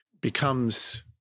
becomes